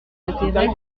intérêt